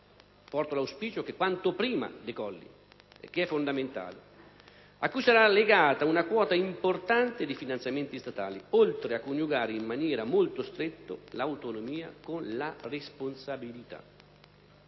anch'io auspico decolli quanto prima perché è fondamentale, cui sarà legata una quota importante dei finanziamenti statali, oltre a coniugare in maniera molto stretta l'autonomia con la responsabilità.